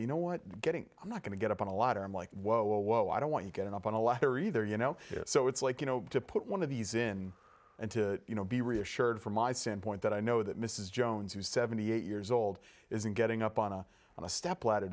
you know what getting i'm not going to get up on a lot or i'm like whoa whoa whoa i don't want to get up on a lottery there you know so it's like you know to put one of these in and to you know be reassured from my standpoint that i know that mrs jones who's seventy eight years old isn't getting up on a on a step ladder